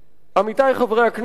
עמיתי חברי הכנסת,